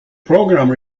programme